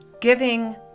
Giving